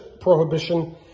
prohibition